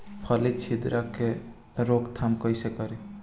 फली छिद्रक के रोकथाम कईसे करी?